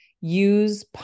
use